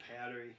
Powdery